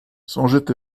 soñjet